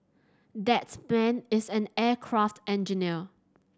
that man is an aircraft engineer